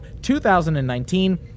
2019